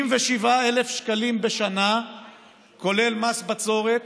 87,000 שקלים בשנה כולל מס בצורת